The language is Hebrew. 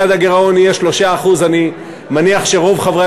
יעד הגירעון יהיה 3%. אני מניח שרוב חברי